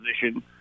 position –